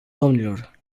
domnilor